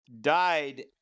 died